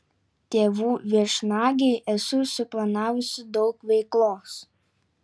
tėvų viešnagei esu suplanavusi daug veiklos